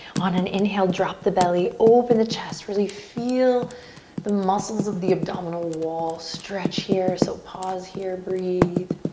on an inhale, drop the belly, open the chest. really feel the muscles of the abdominal wall stretch here. so pause here, breathe.